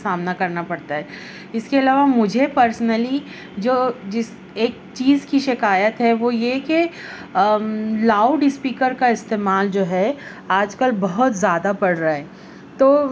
سامنا کرنا پڑا ہے اس کے علاوہ مجھے پرسنلی جو جس ایک چیز کی شکایت ہے وہ یہ کہ لاؤڈ اسپیکر کا استعمال جو ہے آج کل بہت زیادہ بڑھ رہا ہے تو